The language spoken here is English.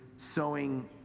sowing